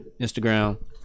Instagram